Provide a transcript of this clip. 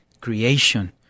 creation